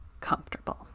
comfortable